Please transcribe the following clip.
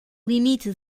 limite